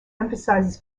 emphasizes